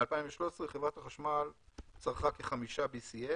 ב-2013 חברת החשמל צרכה כ-5 BCM,